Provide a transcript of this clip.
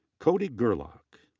cody gerlach.